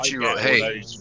hey